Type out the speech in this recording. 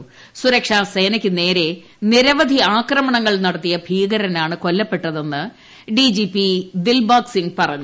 ലഷ്കർ സുരക്ഷാസേനയ്ക്ക് നേരെ നിരവധി ആക്രമണങ്ങൾ നടത്തിയ ഭീകരനാണ് കൊല്ലപ്പെട്ടതെന്ന് D G P Dilbagh Singh പറഞ്ഞു